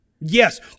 Yes